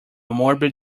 morbid